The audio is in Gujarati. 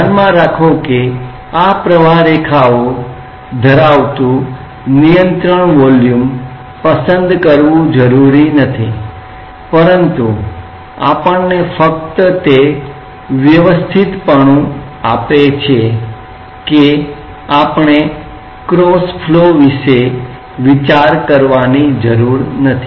ધ્યાનમાં રાખો કે આ પ્રવાહરેખાઓ ધરાવતું નિયંત્રણ વોલ્યુમ પસંદ કરવું જરૂરી નથી પરંતુ સારું એ છે કે અહી આપણે ક્રોસ ફ્લો વિશે વિચાર કરવાની જરૂર નથી